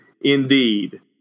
indeed